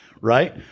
right